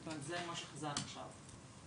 זה מה שחזר עכשיו.